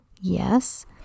Yes